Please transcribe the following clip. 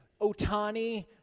Otani